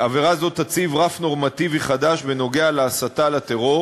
עבירה זו תציב רף נורמטיבי חדש בנוגע להסתה לטרור